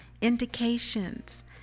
indications